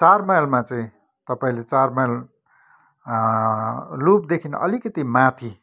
चार माइलमा चाहिँ तपाईँले चार माइल लुपदेखि अलिकति माथि